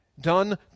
done